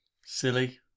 silly